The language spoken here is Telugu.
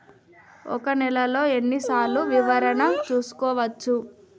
ఒక నెలలో ఎన్ని సార్లు వివరణ చూసుకోవచ్చు?